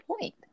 point